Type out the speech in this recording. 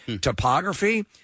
topography